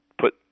put